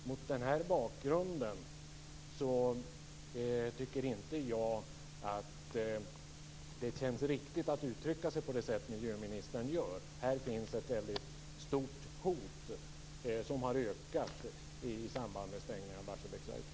Mot den bakgrunden tycker inte jag att det känns riktigt att uttrycka sig på det sätt som miljöministern gör. Här finns ett väldigt stort hot som har ökat i samband med stängningen av Barsebäcksverket.